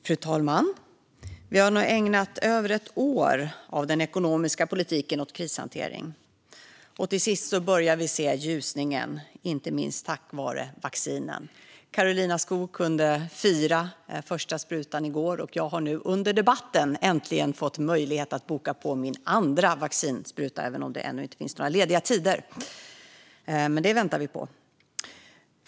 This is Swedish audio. Fru talman! Vi har nu ägnat över ett år av den ekonomiska politiken åt krishantering, och till sist börjar vi se ljusningen, inte minst tack vare vaccinerna. Karolina Skog kunde fira första sprutan i går, och jag har nu under debatten fått möjlighet att boka min andra vaccinspruta. Ännu finns inte några lediga tider, men det väntar vi på.